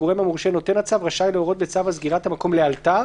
הגורם המורשה נותן הצו רשאי להורות בצו על סגירת המקום לאלתר